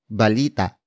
balita